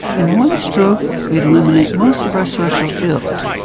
in one stroke we'd eliminate most of our social ills.